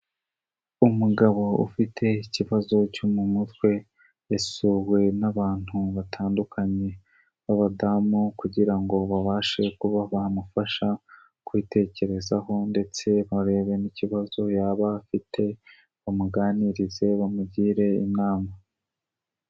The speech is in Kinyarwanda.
Umugabo ufite ikibazo cyo mu mutwe yasuwe n'abantu batandukanye babadamu kugira ngo babashe kuba bamufasha kwitekerezaho ndetse barebe n'ikibazo yaba afite bamuganirize bamugire inama.